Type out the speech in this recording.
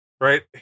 Right